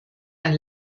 ein